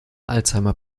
alzheimer